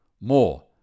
More